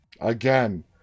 again